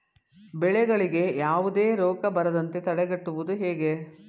ಬೆಳೆಗಳಿಗೆ ಯಾವುದೇ ರೋಗ ಬರದಂತೆ ತಡೆಗಟ್ಟುವುದು ಹೇಗೆ?